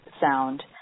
sound